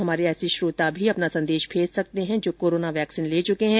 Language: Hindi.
हमारे ऐसे श्रोता भी अपना संदेश भेज सकते हैं जो कोरोना वैक्सीन ले चुके हैं